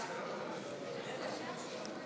ההסתייגות של קבוצת סיעת מרצ לאחרי